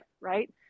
right